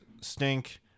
stink